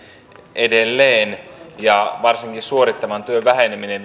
edelleen varsinkin suorittavan työn väheneminen